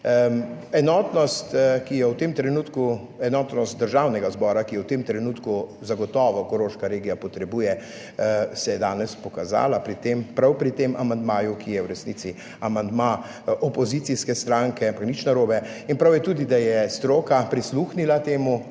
enotnost Državnega zbora, ki je v tem trenutku zagotovo Koroška regija potrebuje, se je danes pokazala pri tem, prav pri tem amandmaju, ki je v resnici amandma opozicijske stranke, pa nič narobe. In prav je tudi, da je stroka prisluhnila temu